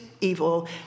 evil